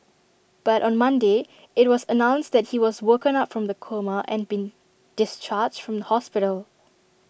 but on Monday IT was announced that he has woken up from the coma and been discharged from hospital